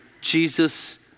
Jesus